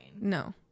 No